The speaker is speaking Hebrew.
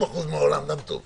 ולא צלח, אז למה?